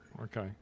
Okay